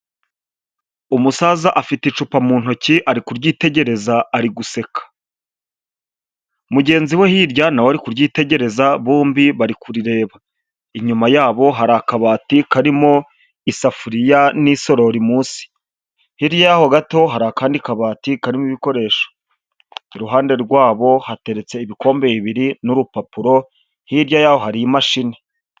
Umusaza afite icupa mu ntoki, ari kuryitegereza, ari guseka, mugenzi we hirya na we ari kuryitegereza, bombi bari kurireba, inyuma yabo hari akabati karimo isafuriya n'isorori munsi, hirya yaho gato hari kandi akabati karimo ibikoresho, iruhande rwabo hateretse ibikombe bibiri n'urupapuro, hirya yaho hari imashini.